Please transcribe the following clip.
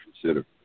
consider